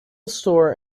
store